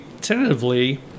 tentatively